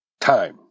time